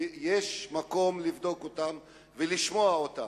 ויש מקום לבדוק ולשמוע אותם.